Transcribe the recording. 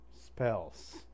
spells